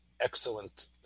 Excellent